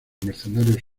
mercenarios